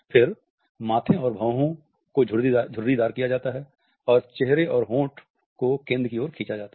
फिर माथे और भौहों को झुर्रीदार किया जाता है और चेहरे और होंठ को केंद्र की ओर खींचा जाता है